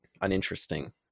uninteresting